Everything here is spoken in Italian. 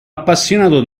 appassionato